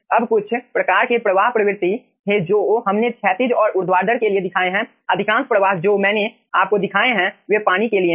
अब कुछ प्रकार के प्रवाह प्रवृत्ति थे जो हमने क्षैतिज और ऊर्ध्वाधर के लिए दिखाए हैं अधिकांश प्रवाह जो मैंने आपको दिखाए हैं वे पानी के लिए हैं